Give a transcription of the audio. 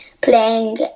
playing